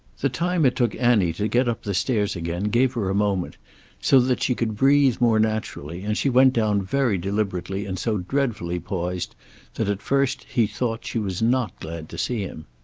the time it took annie to get up the stairs again gave her a moment so that she could breathe more naturally, and she went down very deliberately and so dreadfully poised that at first he thought she was not glad to see him.